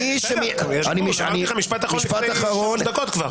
מי --- אמרתי לך משפט אחרון לפני חמש דקות כבר.